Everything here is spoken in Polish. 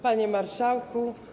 Panie Marszałku!